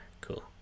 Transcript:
cool